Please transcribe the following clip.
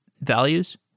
values